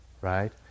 right